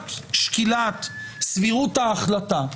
חובת שקילת סבירות ההחלטה,